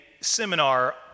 seminar